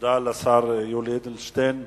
תודה לשר יולי אדלשטיין.